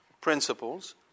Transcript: principles